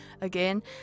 again